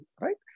right